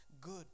good